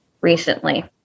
recently